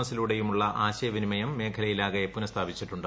എസിലൂടെയുമുള്ള ആശയ വിനിമയം മേഖലയിലാകെ പുനഃസ്ഥാപിച്ചിട്ടുണ്ട്